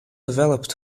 developed